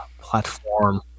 platform